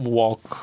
walk